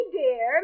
dear